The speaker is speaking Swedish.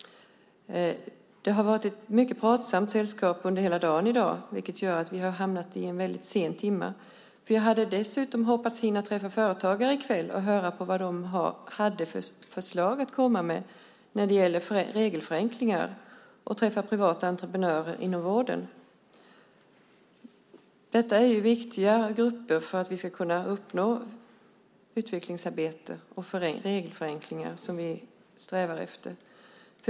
Det har varit mycket pratsamma sällskap i kammaren hela dagen i dag, vilket gjort att vi har hamnat i en väldigt sen timme. Jag hade hoppats hinna träffa företagare i kväll och höra vilka förslag de har att komma med när det gäller regelförenklingar och dessutom privata entreprenörer inom vården. Detta är viktiga grupper för att vi ska kunna genomföra det utvecklingsarbete och de regelförenklingar som vi strävar efter.